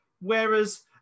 whereas